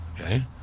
Okay